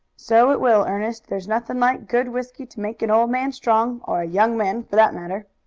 so it will, ernest there's nothing like good whisky to make an old man strong, or a young man, for that matter.